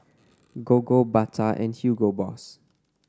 Gogo Bata and Hugo Boss